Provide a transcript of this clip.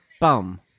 bum